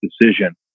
decision